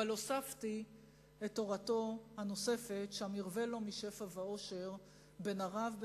אבל הוספתי את תורתו הנוספת: "שם ירווה לו משפע ואושר בן ערב,